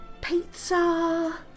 pizza